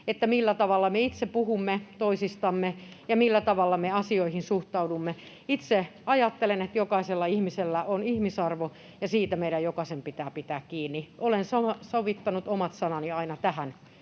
millä tavalla me itse puhumme toisistamme ja millä tavalla me asioihin suhtaudumme. Itse ajattelen, että jokaisella ihmisellä on ihmisarvo ja siitä meidän jokaisen pitää pitää kiinni. Olen sovittanut omat sanani aina tähän